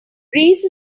greece